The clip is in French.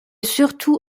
surtout